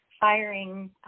firing